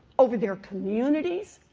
over their communities,